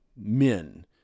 men